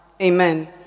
Amen